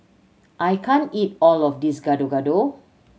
I can't eat all of this Gado Gado